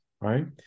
right